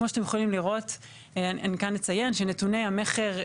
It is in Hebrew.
כמו שאתם יכולים אני כאן אציין שנתוני המכר,